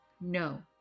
no